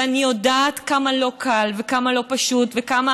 ואני יודעת כמה לא קל וכמה לא פשוט וכמה